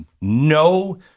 no